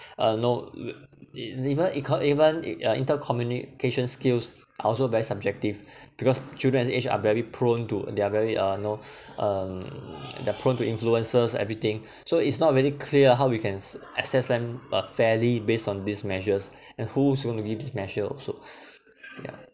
uh know even eco~ even it uh intercommunication skills are also very subjective because children's age are very prone to they are very uh know um they're prone to influences everything so it's not very clear how we can s~ access them uh fairly based on these measures and who's going to give these measure also ya